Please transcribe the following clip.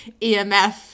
emf